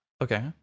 Okay